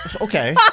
Okay